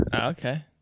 Okay